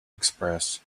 express